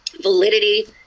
validity